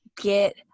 get